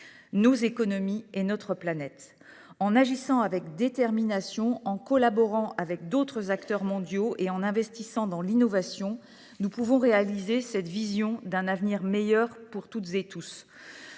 nos économies et notre planète. En agissant avec détermination, en collaborant avec d’autres acteurs mondiaux et en investissant dans l’innovation, nous pouvons concrétiser cette vision d’un avenir meilleur pour toutes et tous.